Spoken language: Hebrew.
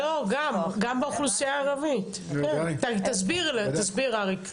לא, גם, גם באוכלוסייה הערבית, תסביר אריק.